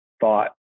thought